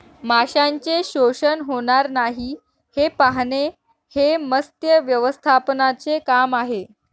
माशांचे शोषण होणार नाही हे पाहणे हे मत्स्य व्यवस्थापनाचे काम आहे